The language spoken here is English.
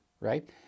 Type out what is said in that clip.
right